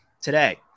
today